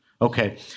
Okay